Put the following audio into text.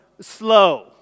slow